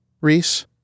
Reese